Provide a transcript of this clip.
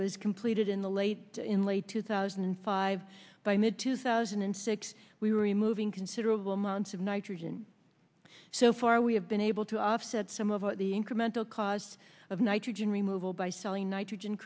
was completed in the late in late two thousand and five by mid two thousand and six we were removing considerable amounts of nitrogen so far we have been able to offset some of the incremental costs of nitrogen removal by selling nitrogen